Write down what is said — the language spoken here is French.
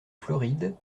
floride